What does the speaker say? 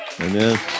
Amen